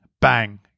bang